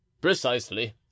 Precisely